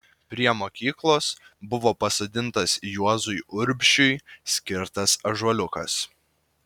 prie mokyklos buvo pasodintas juozui urbšiui skirtas ąžuoliukas